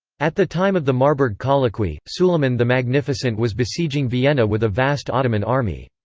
at the time of the marburg colloquy, suleiman the magnificent was besieging vienna with a vast ottoman army.